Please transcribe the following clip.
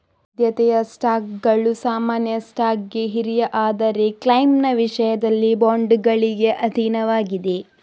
ಆದ್ಯತೆಯ ಸ್ಟಾಕ್ಗಳು ಸಾಮಾನ್ಯ ಸ್ಟಾಕ್ಗೆ ಹಿರಿಯ ಆದರೆ ಕ್ಲೈಮ್ನ ವಿಷಯದಲ್ಲಿ ಬಾಂಡುಗಳಿಗೆ ಅಧೀನವಾಗಿದೆ